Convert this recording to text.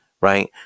right